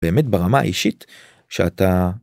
באמת ברמה האישית שאתה